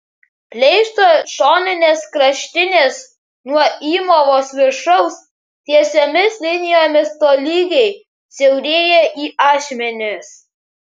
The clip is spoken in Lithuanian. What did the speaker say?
pleišto šoninės kraštinės nuo įmovos viršaus tiesiomis linijomis tolygiai siaurėja į ašmenis